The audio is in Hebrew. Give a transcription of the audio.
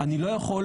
אני לא יכול,